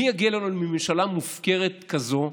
מי יגן עלינו מממשלה מופקרת כזו,